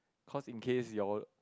because in case you'll